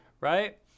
Right